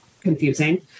confusing